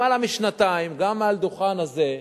למעלה משנתיים, גם מעל הדוכן הזה,